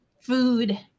food